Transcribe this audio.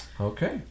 Okay